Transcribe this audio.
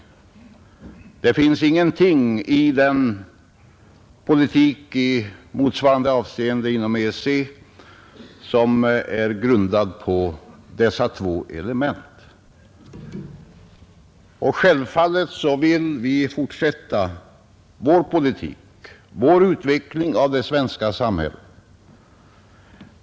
I motsvarande avseenden finns det ingenting inom EEC som är grundat på dessa två element. Självfallet vill vi fortsätta vår politik, vår utveckling av det svenska samhället.